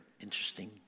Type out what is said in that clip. interesting